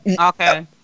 Okay